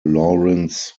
laurence